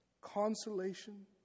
consolation